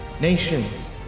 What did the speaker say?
nations